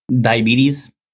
diabetes